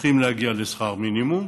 צריכים להגיע לשכר מינימום,